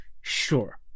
sure